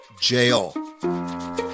jail